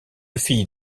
fille